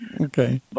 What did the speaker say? Okay